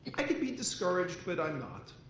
i could be discouraged, but i'm not.